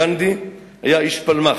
גנדי היה איש פלמ"ח,